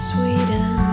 Sweden